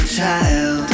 child